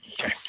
Okay